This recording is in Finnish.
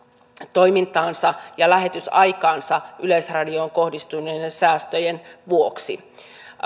toimintaansa ja lähetysaikaansa yleisradioon kohdistuneiden säästöjen vuoksi